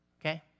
okay